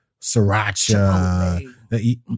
sriracha